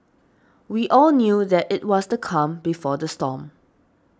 we all knew that it was the calm before the storm